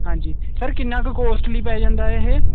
ਹਾਂਜੀ ਸਰ ਕਿੰਨਾ ਕ ਕੋੋਸਟਲੀ ਪੈ ਜਾਂਦਾ ਐ ਇਹ